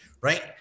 Right